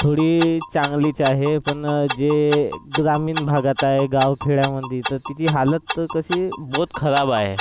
थोडी चांगलीच आहे पण जे ग्रामीण भागात आहे गाव खेड्यामध्ये तर तिची हालत तर कशी बहूत खराब आहे